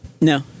No